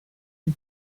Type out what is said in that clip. six